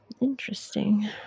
interesting